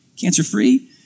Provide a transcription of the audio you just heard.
cancer-free